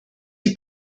die